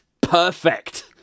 perfect